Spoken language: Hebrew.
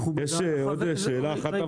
יש עוד שאלה אחת,